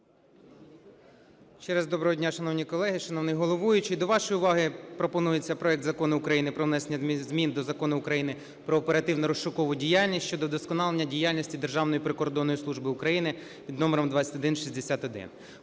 доброго дня, шановні колеги, шановний головуючий! До вашої уваги пропонується проект Закону про внесення змін до Закону України "Про оперативно-розшукову діяльність" щодо вдосконалення діяльності Державної прикордонної служби України, під номером 2161.